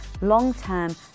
long-term